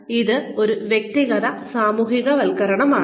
അതിനാൽ ഇത് ഒരു വ്യക്തിഗത സാമൂഹികവൽക്കരണമാണ്